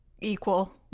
equal